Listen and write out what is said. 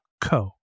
co